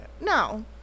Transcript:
No